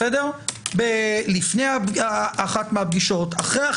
לפני אחת הפגישות, אחרי.